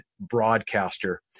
broadcaster